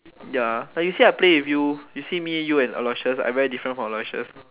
ya like you see I play with you you see me and you and Aloysius I very different from Aloysius